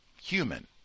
human